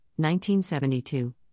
1972